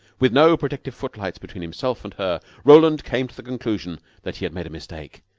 with no protective footlights between himself and her, roland came to the conclusion that he had made a mistake.